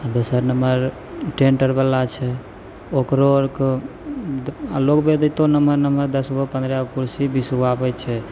दोसर number tent आओरवला छै ओकरो आओर कऽ लोकबेद अएतौ नमहर नमहर दसगो पनरहगो कुरसी बीसगो आबै छै